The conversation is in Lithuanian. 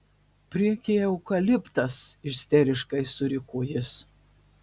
priekyje eukaliptas isteriškai suriko jis